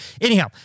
anyhow